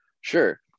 sure